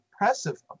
impressive